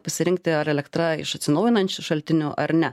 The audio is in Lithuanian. pasirinkti ar elektra iš atsinaujinančių šaltinių ar ne